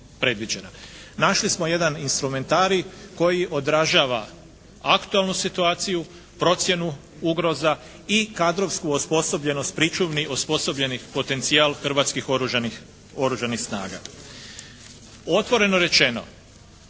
Našli smo jedan instrumentarij koji odražava aktualnu situaciju, procjenu ugroza i kadrovsku osposobljenost pričuvnih osposobljeni potencijal Hrvatskih oružanih snaga. Otvoreno rečeno